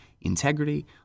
integrity